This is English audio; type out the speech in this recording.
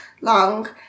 long